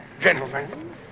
gentlemen